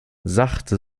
sachte